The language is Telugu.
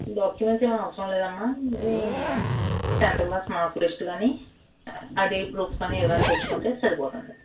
డాక్యుమెంట్స్ ఏం అవసరం లేదమ్మా మీ టెన్త్ క్లాస్ మార్క్ లిస్ట్ కానీ ఐడి ప్రూఫ్ కాని ఏదైనా తెచ్చుకుంటే సరిపోతుంది